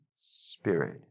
Spirit